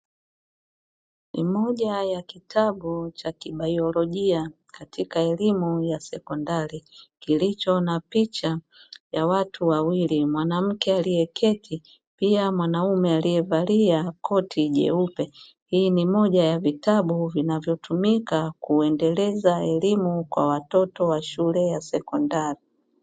Ni moja ya kitabu cha kibaiolojia katika elimu ya sekondari, kilicho na picha ya watu wawili, mwanamke aliyeketi pia mwanaume aliyevalia koti jeupe. Hii ni moja ya vitabu vinavyo tumika kuendeleza elimu kwa watoto wa shule ya sekondari.